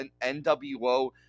NWO